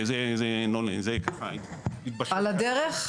על הדרך?